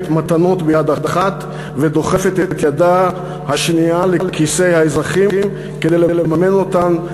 מתנות ביד אחת ודוחפת את ידה השנייה לכיסי האזרחים כדי לממן אותן.